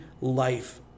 life